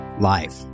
life